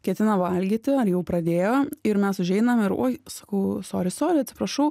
ketina valgyti ar jau pradėjo ir mes užeinam oi sakau sori sori atsiprašau